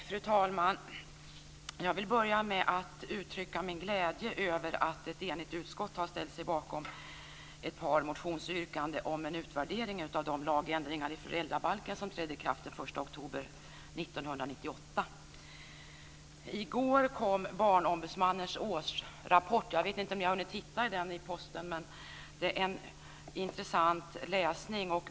Fru talman! Jag vill börja med att uttrycka min glädje över att ett enigt utskott har ställt sig bakom ett par motionsyrkanden om en utvärdering av de lagändringar i föräldrabalken som trädde kraft den I går kom Barnombudsmannens årsrapport. Jag vet inte om ni har hunnit titta i den. Det är en intressant läsning.